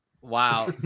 Wow